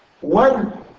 one